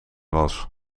was